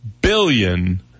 billion